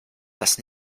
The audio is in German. das